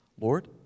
Lord